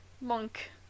Monk